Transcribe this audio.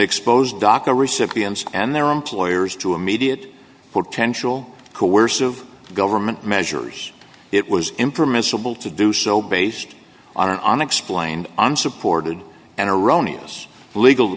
expose daca recipients and their employers to immediate potential coercive government measures it was impermissible to do so based on an unexplained unsupported